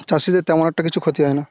চাষিদের তেমন একটা কিছু ক্ষতি হয় না